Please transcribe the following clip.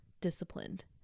disciplined